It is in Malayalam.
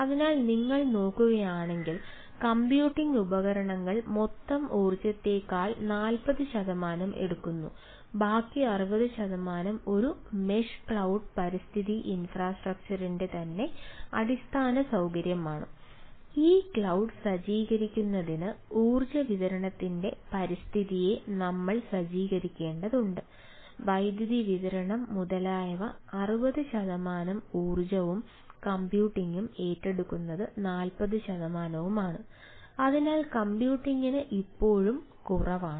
അതിനാൽ നിങ്ങൾ നോക്കുകയാണെങ്കിൽ കമ്പ്യൂട്ടിംഗ് ഇപ്പോഴും കുറവാണ്